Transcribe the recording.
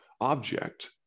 object